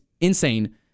insane